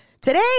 Today